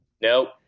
Nope